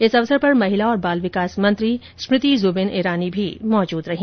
इस अवसर पर महिला और बाल विकास मंत्री स्मृति जुबीन ईरानी भी मौजूद रहीं